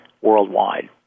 worldwide